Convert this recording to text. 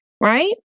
right